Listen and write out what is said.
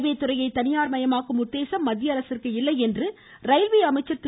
railway துறையை தனியார் மயமாக்கும் உத்தேசம் மத்திய அரசிற்கு இல்லை என்று ரயில்வே அமைச்சர் திரு